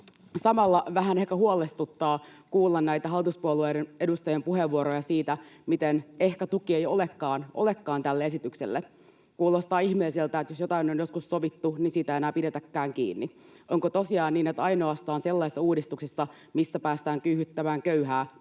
Samalla vähän ehkä huolestuttaa kuulla näitä hallituspuolueiden edustajien puheenvuoroja siitä, miten ehkä tukea ei olekaan tälle esitykselle. Kuulostaa ihmeelliseltä, että jos jotain on joskus sovittu, siitä ei enää pidetäkään kiinni. Onko tosiaan niin, että ainoastaan sellaisista uudistuksista, missä päästään kyykyttämään köyhää, pidetään